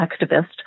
activist